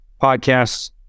podcasts